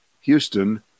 Houston